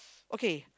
okay